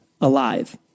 alive